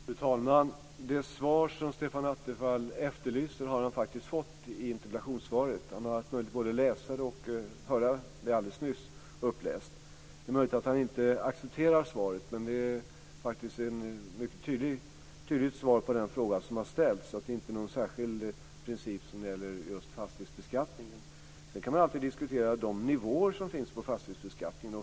Fru talman! Det svar som Stefan Attefall efterlyser har han faktiskt fått i interpellationssvaret. Han har både haft möjlighet att läsa det och höra det läsas upp alldeles nyss. Det är möjligt att han inte accepterar svaret. Men det är faktiskt ett mycket tydligt svar på den fråga som har ställts, att det inte är någon särskild princip som gäller fastighetsbeskattningen. Sedan kan man alltid diskutera nivån på fastighetsbeskattningen.